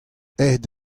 aet